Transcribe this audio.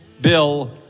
bill